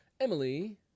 Emily